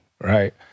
right